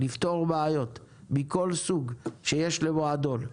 לפתור בעיות מכל סוג שיש למועדון.